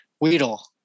Weedle